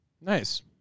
Nice